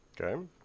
Okay